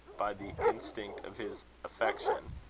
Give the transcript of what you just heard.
by the instinct of his affection,